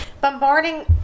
bombarding